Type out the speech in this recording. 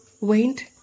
went